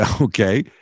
okay